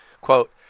Quote